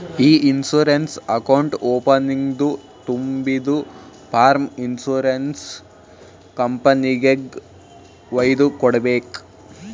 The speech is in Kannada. ಇ ಇನ್ಸೂರೆನ್ಸ್ ಅಕೌಂಟ್ ಓಪನಿಂಗ್ದು ತುಂಬಿದು ಫಾರ್ಮ್ ಇನ್ಸೂರೆನ್ಸ್ ಕಂಪನಿಗೆಗ್ ವೈದು ಕೊಡ್ಬೇಕ್